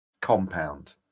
compound